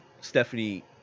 Stephanie